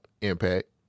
impact